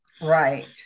Right